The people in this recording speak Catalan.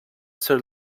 ser